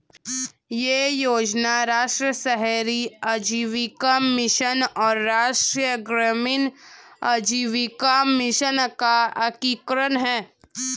यह योजना राष्ट्रीय शहरी आजीविका मिशन और राष्ट्रीय ग्रामीण आजीविका मिशन का एकीकरण है